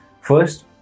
First